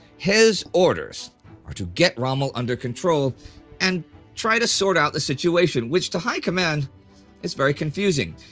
his orders are to get rommel under control and try to sort out the situation, which to high command is very confusing.